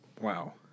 Wow